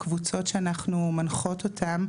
הקבוצות שאנחנו מנחות אותן,